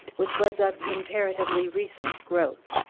which was of comparatively recent growth.